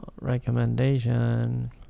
recommendation